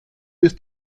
ist